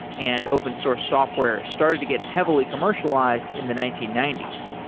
and open source software started to get heavily commercialized in the nineteen ninety s.